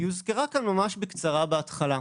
היא הוזכרה כאן ממש בקצרה בהתחלה,